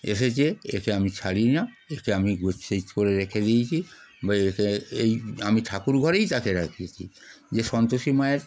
এসেছে একে আমি ছাড়ি না একে আমি গচ্ছিত করে রেখে দিয়েছি বা একে এই আমি ঠাকুর ঘরেই তাকে রেখেছি যে সন্তোষী মায়ের